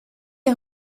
est